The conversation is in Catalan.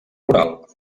rural